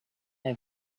have